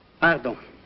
Pardon